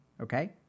okay